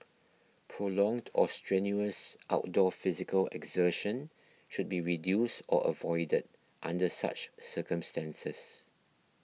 prolonged or strenuous outdoor physical exertion should be reduced or avoided under such circumstances